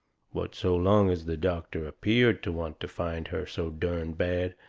but, so long as the doctor appeared to want to find her so derned bad,